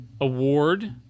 Award